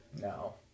No